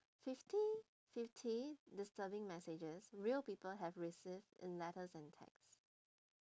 fifty fifty disturbing messages real people have received in letters and text